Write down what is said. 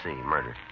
murder